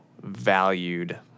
valued